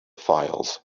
files